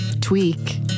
tweak